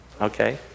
Okay